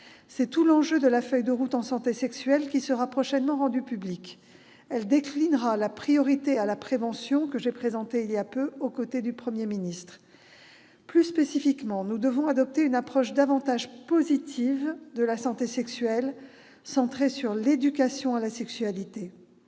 C'est tout l'enjeu de la feuille de route sur la santé sexuelle qui sera prochainement rendue publique. Elle déclinera la priorité à la prévention que j'ai présentée il y a peu aux côtés du Premier ministre. Plus spécifiquement, nous devons adopter une approche plus positive de la santé sexuelle, centrée sur l'éducation à la sexualité.